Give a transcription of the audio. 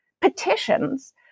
petitions